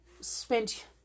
spent